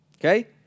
okay